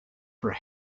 for